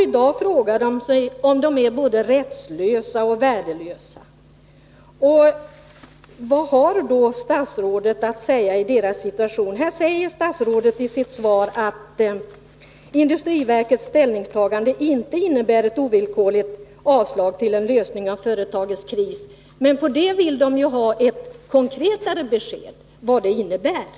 I dag frågar sig de anställda om de är både rättslösa och värdelösa. Vad har då statsrådet att säga beträffande deras situation? I sitt svar säger industriministern att industriverkets ställningstagande inte innebär ett ovillkorligt avslag till en lösning av företagets kris. Men på den punkten vill de anställda ha ett mera konkret besked.